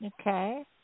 Okay